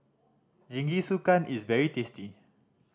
jingisukan is very tasty